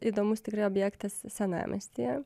įdomus tikrai objektas senamiestyje